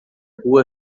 rua